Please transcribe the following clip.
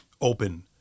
open